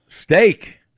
steak